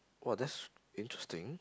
!wah! that's interesting